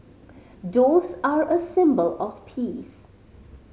doves are a symbol of peace